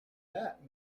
that